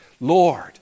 Lord